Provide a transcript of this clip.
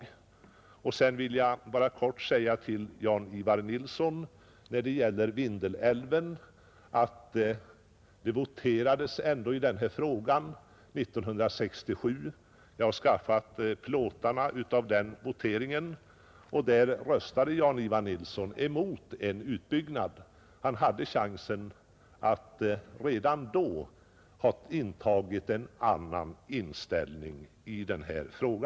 Sedan vill jag bara helt kort säga till Jan-Ivan Nilsson när det gäller Vindelälven att det voterades ändå i denna fråga 1967. Jag har skaffat plåtarna från den voteringen. Där röstade Jan-Ivan Nilsson emot en utbyggnad. Han hade chansen att redan då ha en annan inställning i denna fråga.